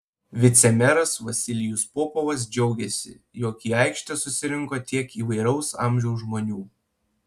vicemeras vasilijus popovas džiaugėsi jog į aikštę susirinko tiek įvairaus amžiaus žmonių